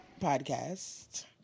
podcast